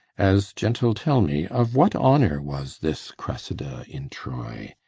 as gentle tell me of what honour was this cressida in troy?